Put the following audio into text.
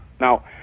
Now